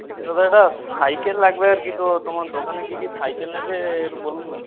বলছি দাদা একটা সাইকেল লাগবে আর কি তো তোমার দোকানে কী কী সাইকেল আছে একটু বলুন না